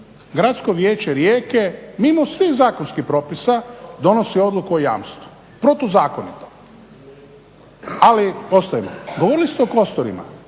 Gradsko vijeće Rijeke mimo svih zakonskih propisa donosi odluku o jamstvu, protuzakonito. Ali ostavimo. Govorili ste o kosturima,